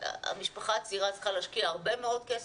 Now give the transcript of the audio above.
המשפחה הצעירה צריכה להשקיע הרבה מאוד כסף,